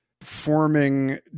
forming